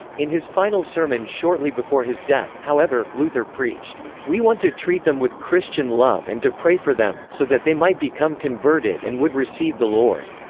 in his final sermon shortly before his death, however, luther preached we want to treat them with christian love and to pray for them, so that they might become converted and would receive the lord.